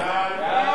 סעיפים 1 4